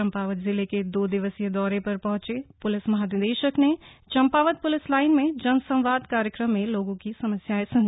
चम्पावत जिले के दो दिवसीय दौरे पर पहंचे प्लिस महानिदेशक ने चम्पावत प्लिस लाइन में जनसंवाद कार्यक्रम में लोगों की समस्याएं सुनी